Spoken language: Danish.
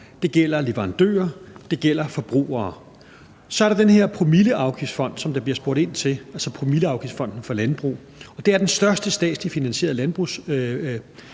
det gælder leverandørerne, og det gælder forbrugerne. Så er der den her promilleafgiftsfond, som der bliver spurgt ind til, altså Promilleafgiftsfonden for landbrug. Det er den største statsligt finansierede landbrugsfond